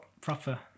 proper